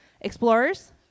Explorers